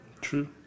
True